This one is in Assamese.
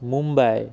মুম্বাই